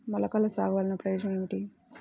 మొలకల సాగు వలన ప్రయోజనం ఏమిటీ?